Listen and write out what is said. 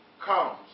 comes